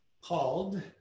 called